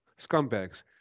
scumbags